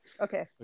okay